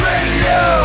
Radio